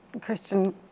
Christian